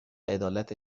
عدالت